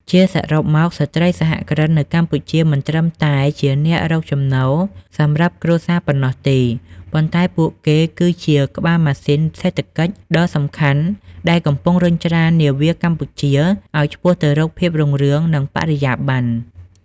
ជាសរុបមក ស្ត្រីសហគ្រិននៅកម្ពុជាមិនត្រឹមតែជាអ្នករកចំណូលសម្រាប់គ្រួសារប៉ុណ្ណោះទេ ប៉ុន្តែពួកគេគឺជាក្បាលម៉ាស៊ីនសេដ្ឋកិច្ចដ៏សំខាន់ដែលកំពុងរុញច្រាននាវាកម្ពុជាឱ្យឆ្ពោះទៅរកភាពរុងរឿង និងបរិយាបន្ន។